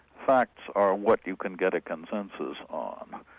facts are what you can get a consensus on.